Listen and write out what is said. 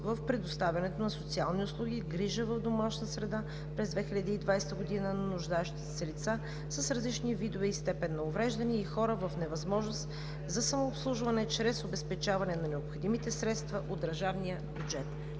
в предоставянето на социални услуги, грижа в домашна среда през 2020 г. на нуждаещите се лица с различни видове и степен на увреждане и хора в невъзможност за самообслужване чрез обезпечаване на необходимите средства от държавния бюджет.